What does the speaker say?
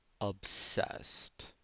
obsessed